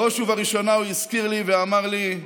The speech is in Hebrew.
בראש ובראשונה הוא הזכיר לי ואמר לי,